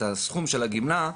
את הסכום של הגימלה,